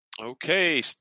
Okay